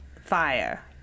fire